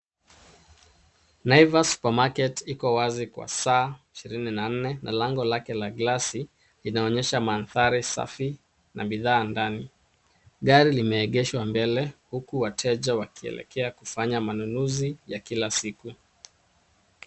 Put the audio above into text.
Naivas Supermarketi iko wazi kwa saa 24 na lango lake la glasi linaonyesha mandhari safi na bidhaa ndani. Gari limeegeshwa mbele huku wateja wakielekea kufanya manunuzi ya kila siku.